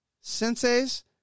sensei's